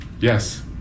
Yes